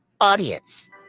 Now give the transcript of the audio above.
audience